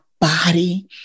body